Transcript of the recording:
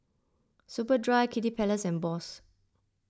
Superdry Kiddy Palace and Bose